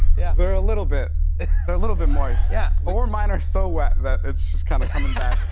yeah. they're a little bit they're a little bit moist. yeah. or mine are so wet that it's just kind of coming back.